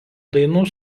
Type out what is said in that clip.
dainų